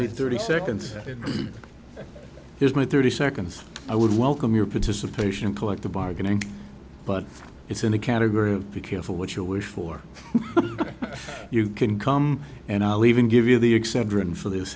need thirty seconds that it is my thirty seconds i would welcome your participation collective bargaining but it's in the category of be careful what you wish for you can come and i'll even give you the exact dran for this